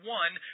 one